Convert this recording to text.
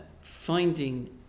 finding